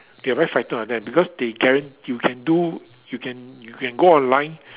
they are very frightened of them because they guran~ you can do you can you can go online